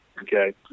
okay